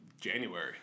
January